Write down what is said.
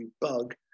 Bug